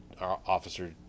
officer